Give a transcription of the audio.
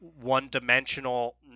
one-dimensional